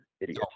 idiot